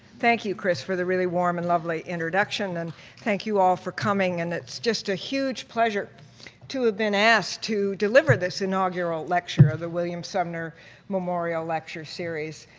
thank you, chris, for the really warm and lovely introduction and thank you all for coming, and it's just a huge pleasure to have been asked to deliver this inaugural lecture of the william sumner memorial lecture series.